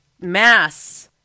Mass